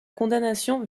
condamnation